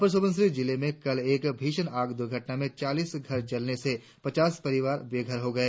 अपर सुबनसिरी जिले में कल एक भीषण आग दुर्घटना में चालीस घर जलने से पचास परिवार बेघर हो गए